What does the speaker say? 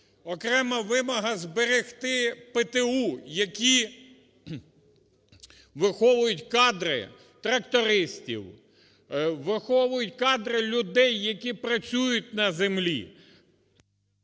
окрема вимога зберегти ПТУ, які виховують кадри трактористів, враховують кадри людей, які працюють на землі.